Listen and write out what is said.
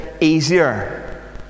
easier